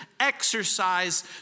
exercise